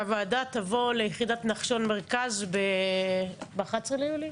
הוועדה תבוא ליחידת נחשון מרכז ב-11 ביולי.